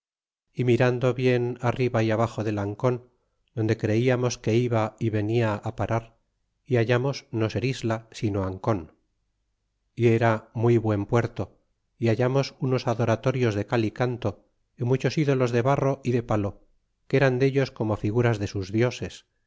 a mirando bien arriba y abaxo del ancon donde creiam os que iba veniaá parar y hallamos no ser isla sino ancon y era muy buen puerto y hallamos unos adoratorios de cal y canto y muchos ídolos de barro y de palo que eran dellos como figuras de sus dioses